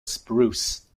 spruce